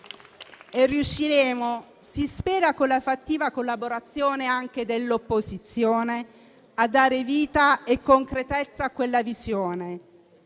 Riusciremo, si spera con la fattiva collaborazione anche dell'opposizione, a dare vita e concretezza a quella visione.